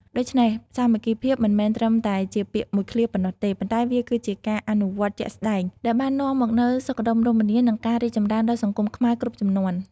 ដូច្នេះ សាមគ្គីភាពមិនមែនត្រឹមតែជាពាក្យមួយឃ្លាប៉ុណ្ណោះទេ ប៉ុន្តែវាគឺជាការអនុវត្តជាក់ស្តែងដែលបាននាំមកនូវសុខដុមរមនា និងការរីកចម្រើនដល់សង្គមខ្មែរគ្រប់ជំនាន់។